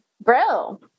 Bro